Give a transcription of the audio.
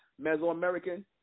Mesoamerican